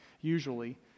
usually